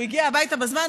הוא הגיע הביתה בזמן,